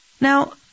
Now